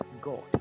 God